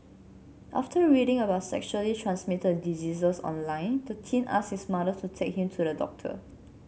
after reading about sexually transmitted diseases online the teen asked his mother to take him to the doctor